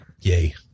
Yay